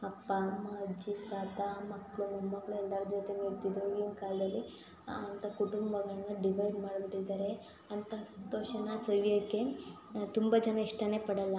ಅಪ್ಪ ಅಮ್ಮ ಅಜ್ಜಿ ತಾತ ಮಕ್ಕಳು ಮೊಮ್ಮಕ್ಕಳು ಎಲ್ಲಾರ ಜೊತೆಗೂ ಇರ್ತಿದ್ದರು ಈಗಿನ ಕಾಲದಲ್ಲಿ ಅಂತ ಕುಟುಂಬಗಳನ್ನ ಡಿವೈಡ್ ಮಾಡಿಬಿಟ್ಟಿದ್ದಾರೆ ಅಂತಹ ಸಂತೋಷನ ಸವಿಯಕ್ಕೆ ತುಂಬ ಜನ ಇಷ್ಟವೇ ಪಡಲ್ಲ